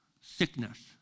sickness